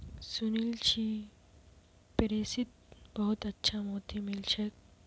सुनील छि पेरिसत बहुत अच्छा मोति मिल छेक